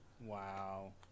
Wow